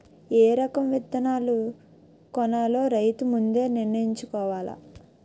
ఏ రకం విత్తనాలు కొనాలో రైతు ముందే నిర్ణయించుకోవాల